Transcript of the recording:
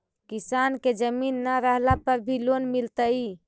किसान के जमीन न रहला पर भी लोन मिलतइ?